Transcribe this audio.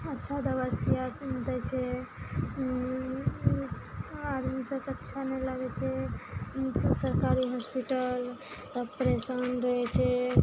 अच्छा दबाइ सूइया दै छै आदमी सबके अच्छा नहि लागै छै सरकारी होस्पिटल सब परेशान रहै छै